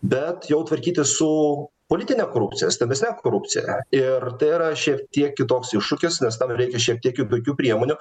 bet jau tvarkytis su politine korupcija stambesne korupcija ir tai yra šiek tiek kitoks iššūkis nes tam reikia šiek tiek kitokių priemonių